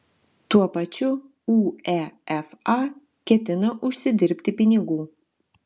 tuo pačiu uefa ketina užsidirbti pinigų